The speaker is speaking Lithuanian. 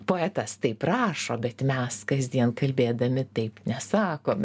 poetas taip rašo bet mes kasdien kalbėdami taip nesakom